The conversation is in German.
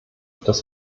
dass